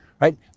Right